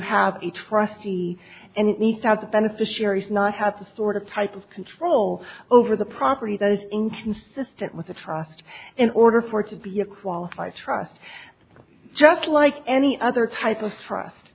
have a trustee and it needs out the beneficiaries not have the sort of type of control over the property that is inconsistent with the trust in order for it to be a qualified trust just like any other type of trust